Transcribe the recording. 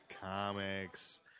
comics